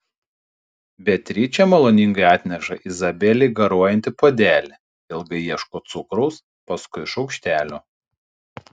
beatričė maloningai atneša izabelei garuojantį puodelį ilgai ieško cukraus paskui šaukštelio